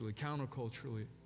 counter-culturally